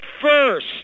First